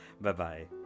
Bye-bye